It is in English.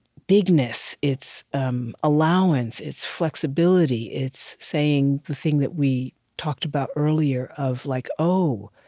bigness. it's um allowance. it's flexibility. it's saying the thing that we talked about earlier, of like oh,